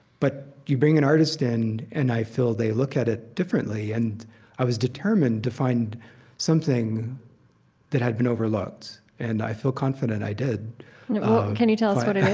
but you bring an artist in, and i feel they look at it differently. and i was determined to find something that had been overlooked. and i feel confident i did can you tell us what it is?